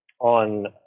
on